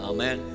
Amen